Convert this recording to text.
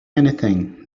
anything